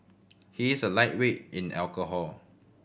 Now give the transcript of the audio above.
he is a lightweight in alcohol